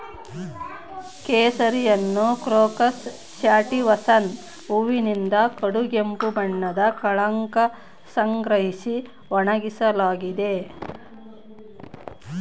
ಕೇಸರಿಯನ್ನುಕ್ರೋಕಸ್ ಸ್ಯಾಟಿವಸ್ನ ಹೂವಿನಿಂದ ಕಡುಗೆಂಪು ಬಣ್ಣದ ಕಳಂಕ ಸಂಗ್ರಹಿಸಿ ಒಣಗಿಸಲಾಗಿದೆ